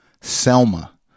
Selma